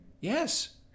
Yes